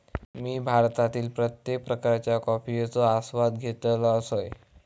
मी भारतातील प्रत्येक प्रकारच्या कॉफयेचो आस्वाद घेतल असय